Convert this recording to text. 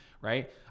Right